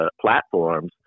platforms